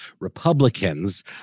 Republicans